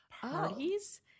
Parties